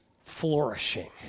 flourishing